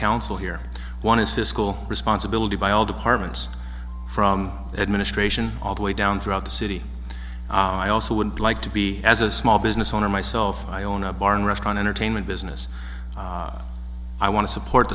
council here one is fiscal responsibility by all departments from the administration all the way down throughout the city i also would like to be as a small business owner myself i own a bar and restaurant entertainment business i want to support